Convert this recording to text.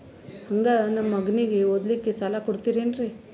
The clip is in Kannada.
ಹಂಗ ನಮ್ಮ ಮಗನಿಗೆ ಓದಲಿಕ್ಕೆ ಸಾಲ ಕೊಡ್ತಿರೇನ್ರಿ?